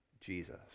Jesus